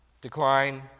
Decline